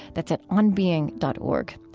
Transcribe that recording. that's at onbeing dot org.